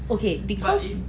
okay because